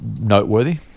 noteworthy